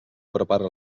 prepara